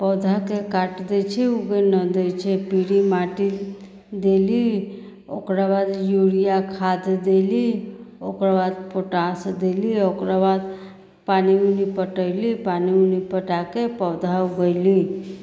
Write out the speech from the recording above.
पौधाके काट दै छै ऊगै नहि दै छै पिरी माटी देली ओकराबाद यूरिआ खाद देली ओकराबाद पोटास देली ओकराबाद पानी ऊनी पटैली पानी ऊनी पटाके पौधा ऊगैली